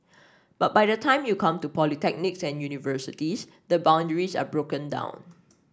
but by the time you come to polytechnics and universities the boundaries are broken down